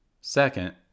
Second